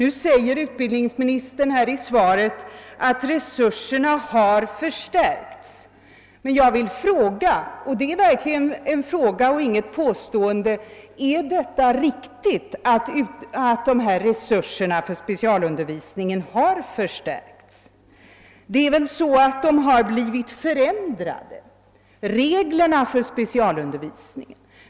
Utbildningsministern framhåller i svaret att resurserna har förstärkts. Jag vill fråga — det är verkligen en fråga och inte något påstående — om det är riktigt att resurserna för specialundervisningen har förstärkts? Reglerna för specialundervisningen har väl blivit förändrade.